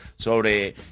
sobre